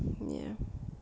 ya